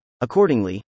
accordingly